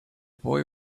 boy